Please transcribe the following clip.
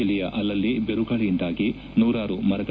ಜಿಲ್ಲೆಯ ಅಲ್ಲಲ್ಲಿ ಬಿರುಗಾಳಿಯಿಂದಾಗಿ ನೂರಾರು ಮರಗಳು